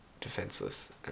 defenseless